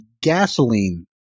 gasoline